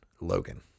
Logan